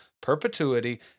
perpetuity